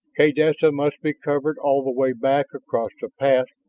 kaydessa must be covered all the way back across the pass,